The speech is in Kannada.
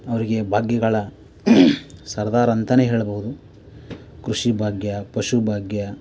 ಅವರಿಗೆ ಭಾಗ್ಯಗಳ ಸರದಾರ ಅಂತನೇ ಹೇಳಬಹುದು ಕೃಷಿ ಭಾಗ್ಯ ಪಶು ಭಾಗ್ಯ